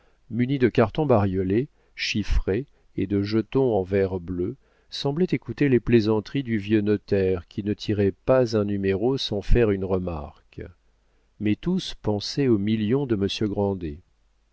munis de cartons bariolés chiffrés et de jetons en verre bleu semblaient écouter les plaisanteries du vieux notaire qui ne tirait pas un numéro sans faire une remarque mais tous pensaient aux millions de